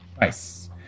Nice